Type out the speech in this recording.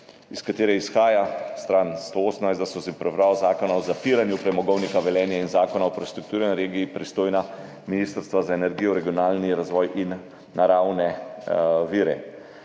iz katere izhaja, stran 108, da so za pripravo zakona o zapiranju Premogovnika Velenje in zakona o prestrukturiranju regije pristojna ministrstva za energijo, regionalni razvoj in naravne vire.